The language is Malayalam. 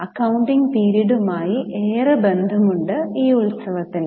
അക്കൌണ്ടിംഗ് പീരീഡുമായി ഏറെ ബന്ധം ഉണ്ട് ഈ ഉത്സവത്തിന്